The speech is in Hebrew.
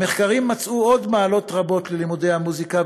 המחקרים מצאו עוד מעלות רבות ללימודי מוזיקה,